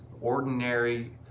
ordinary